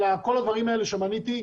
כל הדברים האלה שמניתי,